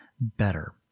better